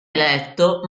eletto